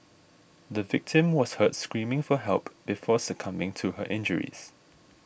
the victim was heard screaming for help before succumbing to her injuries